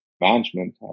management